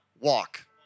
walk